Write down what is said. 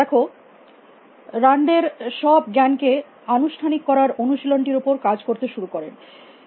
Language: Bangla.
দেখো রান্ড এর সব জ্ঞানকে আনুষ্ঠানিক করার অনুশীলন টির উপর কাজ করতে শুরু করেন